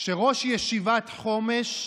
שראש ישיבת חומש,